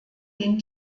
den